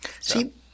See